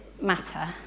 matter